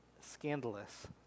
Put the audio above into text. scandalous